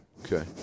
Okay